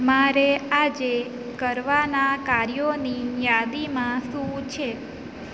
મારે આજે કરવાના કાર્યોની યાદીમાં શું છે